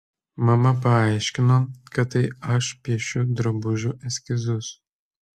mama paaiškino kad tai aš piešiu drabužių eskizus